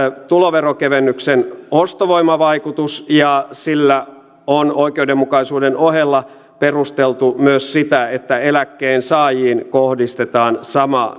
tuloverokevennyksen ostovoimavaikutus ja sillä on oikeudenmukaisuuden ohella perusteltu myös sitä että eläkkeensaajiin kohdistetaan sama